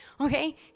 okay